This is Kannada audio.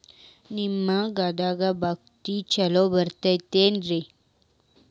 ನಿಮ್ಮ ಗದ್ಯಾಗ ಭತ್ತ ಛಲೋ ಬರ್ತೇತೇನ್ರಿ?